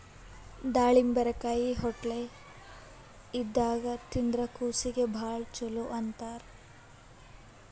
ದಾಳಿಂಬರಕಾಯಿ ಹೊಟ್ಲೆ ಇದ್ದಾಗ್ ತಿಂದ್ರ್ ಕೂಸೀಗಿ ಭಾಳ್ ಛಲೋ ಅಂತಾರ್